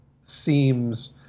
seems